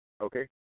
okay